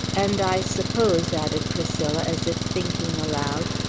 and, i suppose, added priscilla, as if thinking aloud,